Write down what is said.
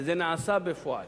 וזה נעשה בפועל.